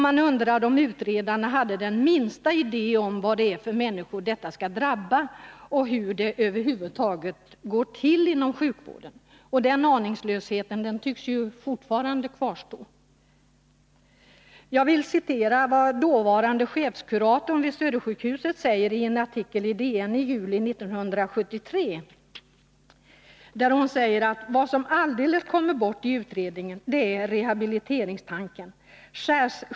Man undrade om utredarna hade den minsta idé om vilka människor som skulle komma att drabbas av åtgärden och om hur det över huvud taget går till inom sjukvården. Den aningslösheten tycks fortfarande Jag vill citera vad dåvarande chefskuratorn vid Södersjukhuset sade i en artikel i DN i juli 1973: ”Vad som alldeles kommer bort i utredningen är rehabiliteringstanken.